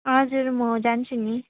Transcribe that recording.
हजुर म जान्छु नि